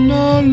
no